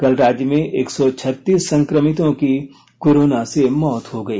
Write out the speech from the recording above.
कल राज्य में एक सौ छत्तीस संक्रमितों की कोरोना से मौत हो गई